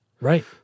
Right